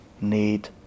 need